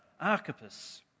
Archippus